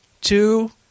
two